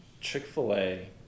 Chick-fil-A